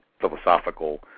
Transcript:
philosophical